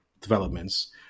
developments